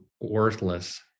worthless